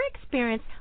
experience